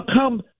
come